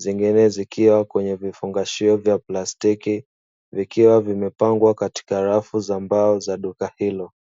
zingine zikiwa kwenye vifungashio vya plastiki; vikiwa vimepangwa katika rafu za mbao za duka hilo.